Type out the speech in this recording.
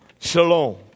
Shalom